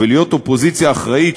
ולהיות אופוזיציה אחראית,